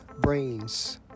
brains